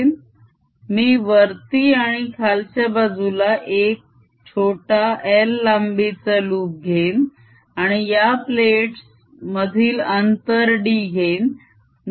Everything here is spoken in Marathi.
E B∂t मी वरती आणि खालच्या बाजूला एक छोटा l लांबीचा लूप घेईन आणि या प्लेट्स मधील अंतर d घेईन